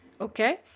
Okay